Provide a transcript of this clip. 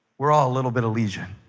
we're all a little bit of lygia